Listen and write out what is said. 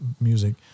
music